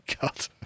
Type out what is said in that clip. god